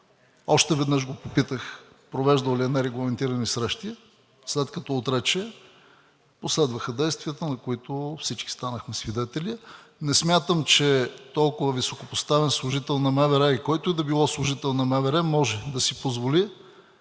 още веднъж го попитах провеждал ли е нерегламентирани срещи. След като отрече, последваха действията, на които всички станахме свидетели. Не смятам, че толкова високопоставен служител на МВР, и който и да било служител на МВР, може да си позволи